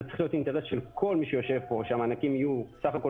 זה צריך להיות אינטרס של כל מי שיושב פה שהמענקים יהיו בסך הכול